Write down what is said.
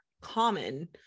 common